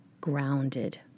grounded